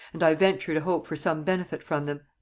and i venture to hope for some benefit from them.